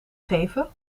geven